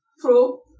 pro